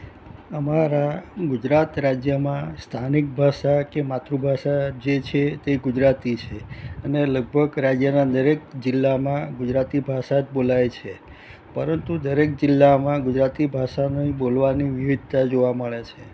અમારા ગુજરાત રાજ્યમાં સ્થાનિક ભાષા કે માતૃ ભાષા જે છે તે ગુજરાતી છે અને લગભગ રાજ્યનાં દરેક જીલ્લામાં ગુજરાતી ભાષા જ બોલાય છે પરંતુ દરેક જીલ્લામાં ગુજરાતી ભાષાની બોલવાની વિવિધતા જોવા મળે છે